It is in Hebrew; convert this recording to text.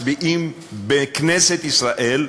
וכנראה אתם תצביעו נגד החוק הזה: ממתי מצביעים בכנסת ישראל,